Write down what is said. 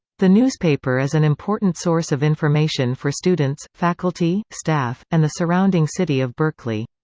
the newspaper is an important source of information for students, faculty, staff, and the surrounding city of berkeley.